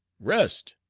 rest.